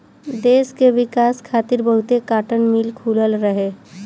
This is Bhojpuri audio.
देस के विकास खातिर बहुते काटन मिल खुलल रहे